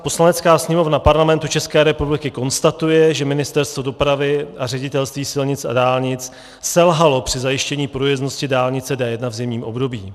Poslanecká sněmovna Parlamentu České republiky konstatuje, že Ministerstvo dopravy a Ředitelství silnic a dálnic selhalo při zajištění průjezdnosti dálnice D1 v zimním období.